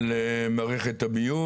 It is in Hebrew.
השאלה אם מדובר במבנה שהוא בסיכון,